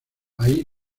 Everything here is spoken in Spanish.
ahí